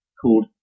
called